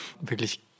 Wirklich